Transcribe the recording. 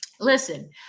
listen